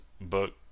book